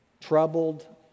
troubled